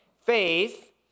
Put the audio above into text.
faith